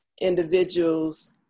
individuals